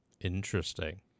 Interesting